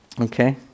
Okay